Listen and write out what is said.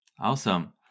Awesome